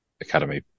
academy